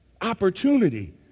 opportunity